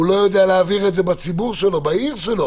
הוא לא יודע להעביר את זה בציבור שלו, בעיר שלו.